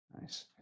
Nice